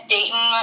Dayton